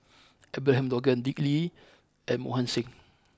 Abraham Logan Dick Lee and Mohan Singh